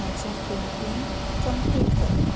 म्हजें painting complete करता